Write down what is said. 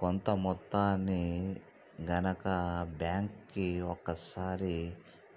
కొంత మొత్తాన్ని గనక బ్యాంక్ కి ఒకసారి